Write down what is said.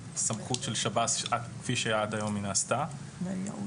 מהסמכות של שירות בתי הסוהר כפי שנעשתה עד היום.